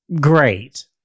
Great